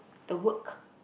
the work